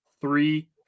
three